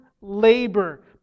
labor